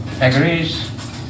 agrees